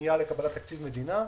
פנייה לקבלת תקציב מדינה.